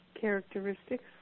characteristics